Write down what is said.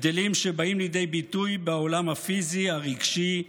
הבדלים שבאים לידי ביטוי בעולם הפיזי, הרגשי,